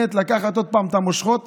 לקחת עוד פעם את המושכות